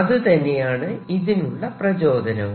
അതുതന്നെയാണ് ഇതിനുള്ള പ്രചോദനവും